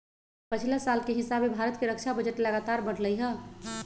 पछिला साल के हिसाबे भारत के रक्षा बजट लगातार बढ़लइ ह